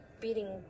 beating